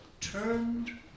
turned